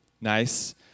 Nice